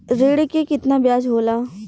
ऋण के कितना ब्याज होला?